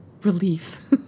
relief